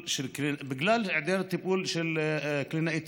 בגלל היעדר טיפול של קלינאי תקשורת,